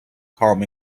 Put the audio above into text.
calm